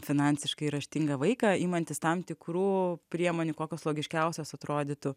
finansiškai raštingą vaiką imantis tam tikrų priemonių kokios logiškiausios atrodytų